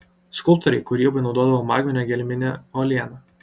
skulptoriai kūrybai naudodavo magminę gelminę uolieną